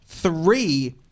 Three